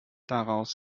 daraus